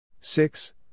Six